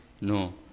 no